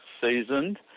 seasoned